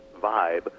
vibe